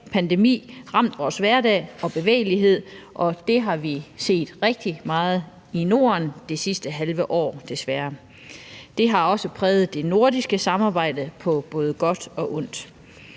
pandemi ramt vores hverdag og bevægelighed, og det har vi desværre set rigtig meget af i Norden det sidste halve år. Det har også præget det nordiske samarbejde på både godt og ondt.